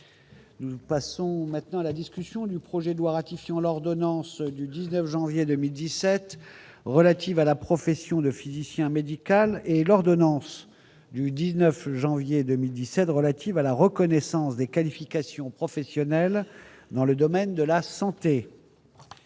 Nous passons maintenant à la discussion du projet de loi ratifiant l'ordonnance du 19 janvier 2017 relatives à la profession de physicien médical et l'ordonnance du 19 janvier 2010 relative à la reconnaissance des qualifications professionnelles dans le domaine de la santé.